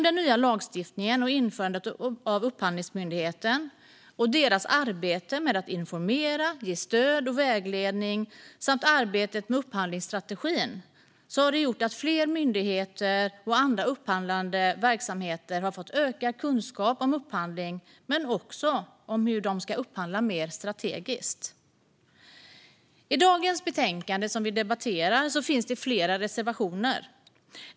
Den nya lagstiftningen, införandet av Upphandlingsmyndigheten, med arbetet att informera, ge stöd och vägledning, samt arbetet med upphandlingsstrategin har gjort att fler myndigheter och andra upphandlande verksamheter har fått ökad kunskap om upphandling men också om hur de ska upphandla mer strategiskt. I dagens betänkande, som vi debatterar, finns det flera reservationer.